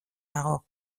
dago